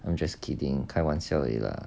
I'm just kidding 开玩笑而已 lah